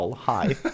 hi